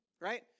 right